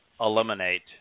eliminate